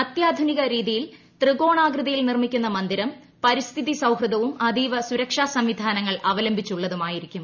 അത്യാധുനിക രീതിയിൽ ത്രികോണാകൃതിയിൽ നിർമ്മിക്കുന്ന മന്ദിരം പരിസ്ഥിതി സൌഹൃദവും അതീവ സുരക്ഷാ സംവിധാനങ്ങൾ അവലംബിച്ചുള്ളതുമായിരിക്കും